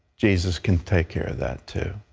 jesus can take care of that, too.